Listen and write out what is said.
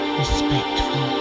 respectful